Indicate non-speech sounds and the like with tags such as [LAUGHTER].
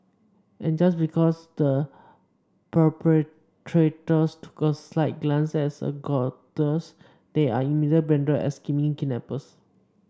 and just because the 'perpetrators' took a slight glance at a [UNINTELLIGIBLE] they are immediately branded as scheming kidnappers